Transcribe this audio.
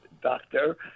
doctor